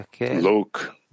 look